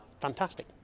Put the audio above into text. fantastic